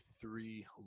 three